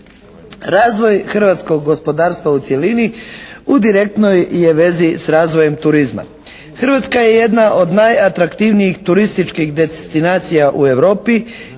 Razvoj hrvatskog gospodarstva u cjelini u direktnoj je vezi s razvojem turizma. Hrvatska je jedna od najatraktivnijih turističkih destinacija u Europi